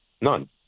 None